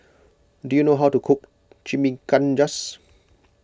do you know how to cook Chimichangas